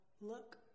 look